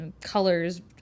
Colors